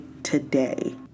today